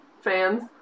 fans